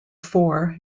four